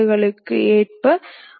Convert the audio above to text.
இங்கே x ஒருங்கிணைப்பு X